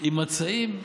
עם מצעים,